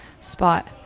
spot